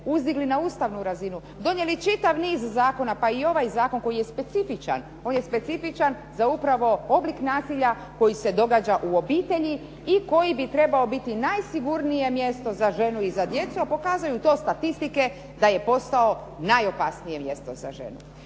uzdigli na ustavnu razinu. Donijeli čitav niz zakona, pa ovaj zakon koji je specifičan, on je specifičan za upravo oblik nasilja koji se događa u obitelji i koji bi trebao biti najsigurnije mjesto za ženu i za djecu. Pokazuju to statistike da je postao najopasnije mjesto za ženu.